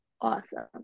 awesome